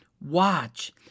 watch